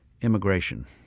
immigration